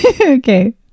Okay